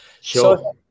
Sure